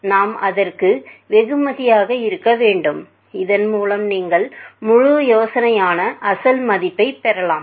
நாம் அதற்கு வெகுமதியாக இருக்க வேண்டும் இதன் மூலம் நீங்கள் முழு யோசனையான அசல் மதிப்பைப் பெறலாம்